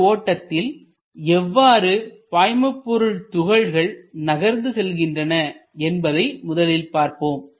இந்த ஓட்டத்தில் எவ்வாறு பாய்மபொருள் துகள்கள் நகர்ந்து செல்கின்றன என்பதை முதலில் பார்ப்போம்